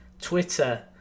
Twitter